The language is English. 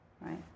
right